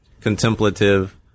contemplative